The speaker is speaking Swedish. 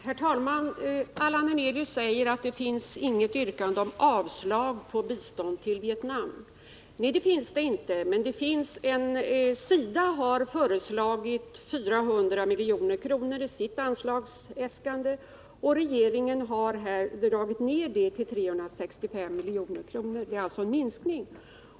Herr talman! Allan Hernelius säger att det inte finns något yrkande om avslag på biståndet till Vietnam. Nej, det finns det inte, men SIDA har föreslagit 400 milj.kr. i sitt anslagsäskande och regeringen har dragit ned det till 365 milj.kr., och det är alltså fråga om en minskning.